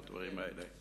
הדברים האלה.